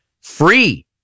free